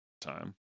Time